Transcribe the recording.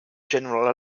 general